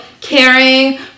caring